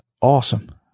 awesome